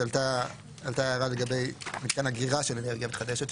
עלתה הערה לגבי מתקן אגירה של אנרגיה מתחדשת,